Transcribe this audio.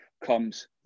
comes